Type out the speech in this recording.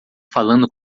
falando